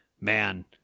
man